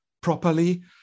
properly